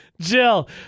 Jill